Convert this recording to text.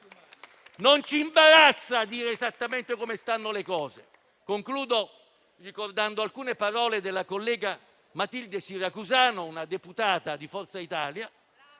Non ci imbarazza dire esattamente come stanno le cose. Concludo citando alcune parole della collega Matilde Siracusano, deputata di Forza Italia